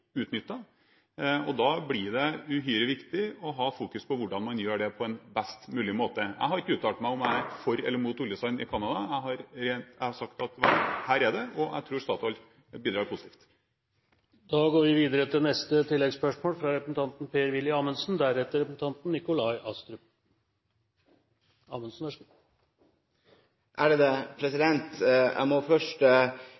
utnyttet, og da blir det uhyre viktig å ha fokus på hvordan man gjør det på en best mulig måte. Jeg har ikke uttalt meg om jeg er for eller mot oljesand i Canada – jeg har sagt at der er det, og jeg tror at Statoil bidrar positivt. Per Willy Amundsen – til